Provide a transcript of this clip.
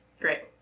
Great